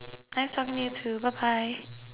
nice talking to you too bye bye